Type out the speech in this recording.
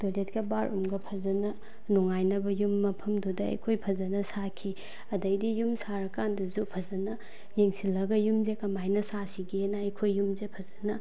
ꯇꯣꯏꯂꯦꯠꯀ ꯕꯥꯠꯔꯨꯝꯒ ꯐꯖꯅ ꯅꯨꯡꯉꯥꯏꯅꯕ ꯌꯨꯝ ꯃꯐꯝꯗꯨꯗ ꯑꯩꯈꯣꯏ ꯐꯖꯅ ꯁꯥꯈꯤ ꯑꯗꯩꯗꯤ ꯌꯨꯝ ꯁꯥꯔꯀꯥꯟꯗꯁꯨ ꯐꯖꯅ ꯌꯦꯡꯁꯤꯜꯂꯒ ꯌꯨꯝꯁꯦ ꯀꯃꯥꯏꯅ ꯁꯥꯁꯤꯒꯦꯅ ꯑꯩꯈꯣꯏ ꯌꯨꯝꯁꯦ ꯐꯖꯅ